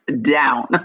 down